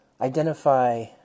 identify